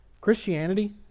Christianity